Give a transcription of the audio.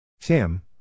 Tim